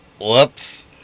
Whoops